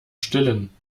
stillen